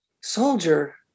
soldier